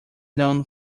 known